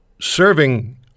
serving